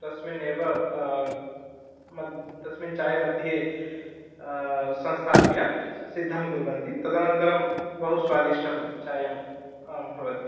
तस्मिन्नेव तस्मिन् चायमध्ये संस्थाप्य सिद्धं कुर्वन्ति तदनन्तरं बहु स्वादिष्टं चायं भवति